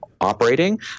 operating